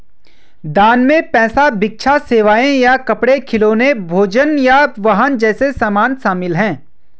दान में पैसा भिक्षा सेवाएं या कपड़े खिलौने भोजन या वाहन जैसे सामान शामिल हैं